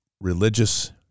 Religious